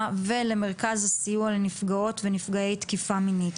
ולמרכז סיוע לנפגעות ולנפגעי תקיפה מינית.